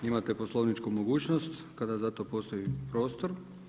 Imate poslovničku mogućnost kada za to postoji prostor.